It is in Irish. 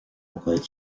ócáid